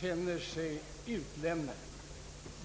känner sig utlämnade.